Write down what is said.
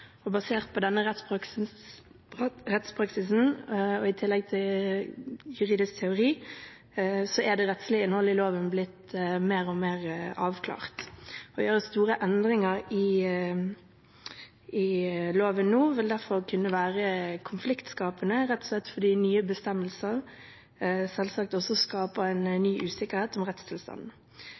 Basert på denne rettspraksisen og i tillegg juridisk teori er det rettslige innholdet i loven blitt mer og mer avklart. Å gjøre store endringer i loven nå vil derfor kunne være konfliktskapende – rett og slett fordi nye bestemmelser selvsagt også skaper en ny usikkerhet om rettstilstanden.